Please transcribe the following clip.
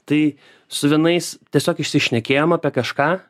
tai su vienais tiesiog išsišnekėjom apie kažką